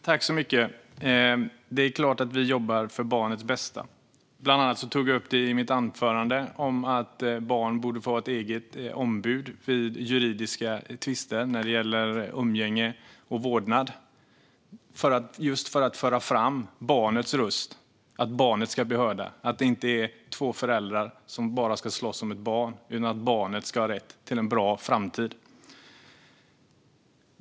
Herr talman! Det är klart att vi jobbar för barnets bästa. Bland annat tog jag i mitt anförande upp att barn borde få ha eget ombud vid juridiska tvister när det gäller umgänge och vårdnad just för att barnets röst ska bli hörd. Det ska inte handla om två föräldrar som slåss om ett barn utan om att barnet ska ha rätt till en bra framtid.